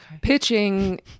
Pitching